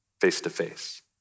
face-to-face